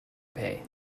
pay